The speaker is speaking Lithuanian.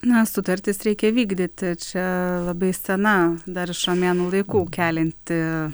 na sutartis reikia vykdyti čia labai sena dar iš romėnų laikų kelianti